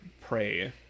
pray